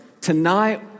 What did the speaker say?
Tonight